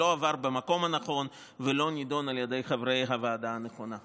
שלא עבר במקום הנכון ולא נדון על ידי חברי הוועדה הנכונה.